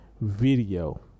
video